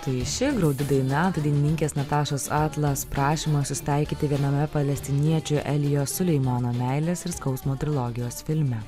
tai ši graudi daina tai dalininkės natašos atlas prašymas susitaikyti viename palestiniečių elijo suleimano meilės ir skausmo trilogijos filme